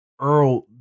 Earl